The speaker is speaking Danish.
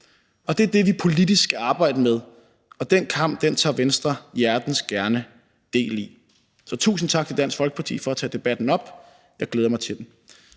og det er det, vi politisk skal arbejde med, og den kamp tager Venstre hjertens gerne del i. Så tusind tak til Dansk Folkeparti for at tage debatten op. Jeg glæder mig til den.